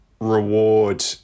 reward